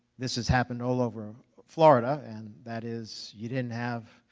this has happened all over florida and that is, you didn't have,